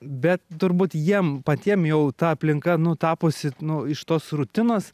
bet turbūt jiem patiem jau ta aplinka nu tapusi nu iš tos rutinos